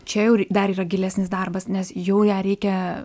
čia jau dar yra gilesnis darbas nes jau ją reikia